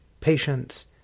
patience